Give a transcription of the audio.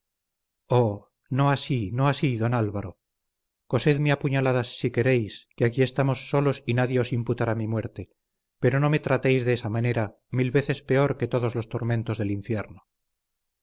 oh no así no así don álvaro cosedme a puñaladas si queréis que aquí estamos solos y nadie os imputará mi muerte pero no me tratéis de esa manera mil veces peor que todos los tormentos del infierno